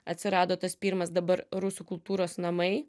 atsirado tas pirmas dabar rusų kultūros namai